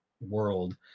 world